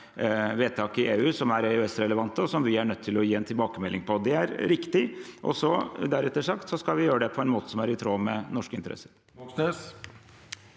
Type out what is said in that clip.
vedtak i EU som er EØS-relevante, og som vi er nødt til å gi en tilbakemelding på. Det er riktig. Deretter sagt skal vi gjøre det på en måte som er i tråd med norske interesser.